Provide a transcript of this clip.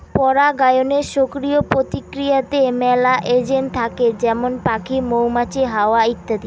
পরাগায়নের সক্রিয় প্রক্রিয়াতে মেলা এজেন্ট থাকে যেমন পাখি, মৌমাছি, হাওয়া ইত্যাদি